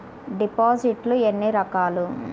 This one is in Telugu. డిపాజిట్లు ఎన్ని రకాలు?